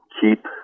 keep